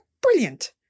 brilliant